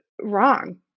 wrong